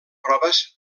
proves